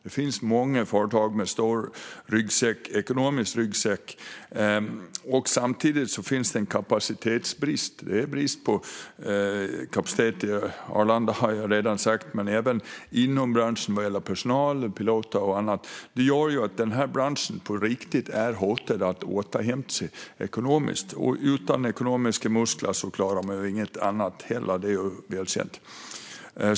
Det finns många företag med stor ekonomisk ryggsäck. Samtidigt finns det en kapacitetsbrist. Jag har redan nämnt Arlanda. Men det finns även brist inom branschen vad gäller personal, piloter och andra. Det gör att denna bransch på riktigt är hotad när det gäller att återhämta sig ekonomiskt. Och utan ekonomiska muskler klarar man ingenting annat heller. Det är väl känt.